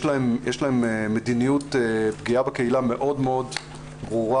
יש להם מדיניות פגיעה בקהילה מאוד מאוד ברורה.